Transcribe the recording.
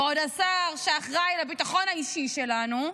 ועוד השר שאחראי על הביטחון האישי שלנו.